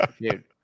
Dude